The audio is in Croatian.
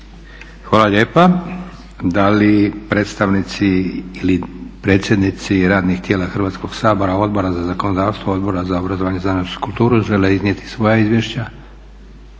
Hvala lijepa. Da li predstavnici ili predsjednici radnih tijela Hrvatskoga sabora, Odbora za zakonodavstvo, Odbora za obrazovanje, znanost i kulturu žele iznijeti svoja izvješća?